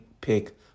pick